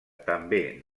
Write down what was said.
també